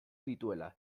dituela